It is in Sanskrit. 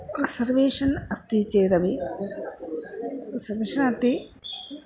रसर्वेषन् अस्ति चेदपि रिसर्वेशन् अति